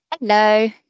Hello